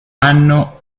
anno